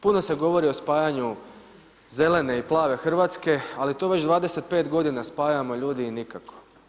Puno se govori o spajanju zelene i plave Hrvatske, ali to već 25 godina spajamo ljudi i nikako.